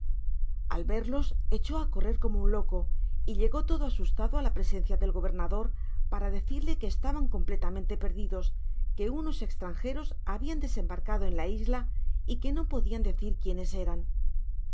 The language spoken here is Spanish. al verlos eehó á correr como un loco y llegó todo asustado á la presencia del gobernador para decirle que estaban completamente perdidos que unos estrangeros habian desembarcado en la isla y que no podian decir quiénes eran